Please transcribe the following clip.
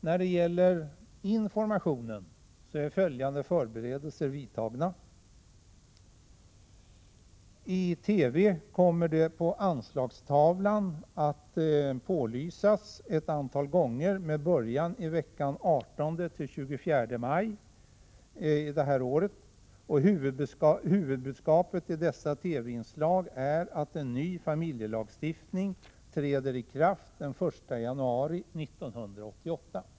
När det gäller informationen är följande förberedelser vidtagna: I TV kommer det på Anslagstavlan att pålysas ett antal gånger med början 18-24 maj i år att en ny familjelagstiftning träder i kraft den 1 januari 1988.